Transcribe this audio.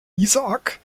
isaak